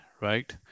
right